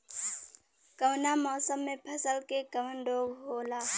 कवना मौसम मे फसल के कवन रोग होला?